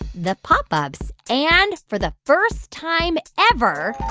the pop ups and, for the first time ever.